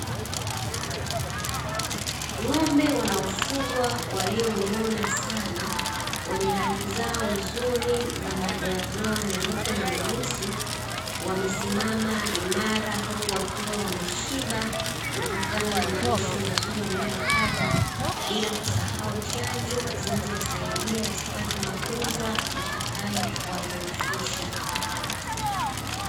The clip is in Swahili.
Ng'ombe wanaofugwa walionona sana wenye rangi zao nzuri za mado doa meupe na meusi wamesimama imara, huku wakiwa wameshiba kutokana na malisho mazuri , wanayoyapata bila kusahau chanjo zinazowasaidia wasipate magonjwa yatakayo wadhoofisha.